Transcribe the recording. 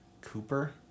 cooper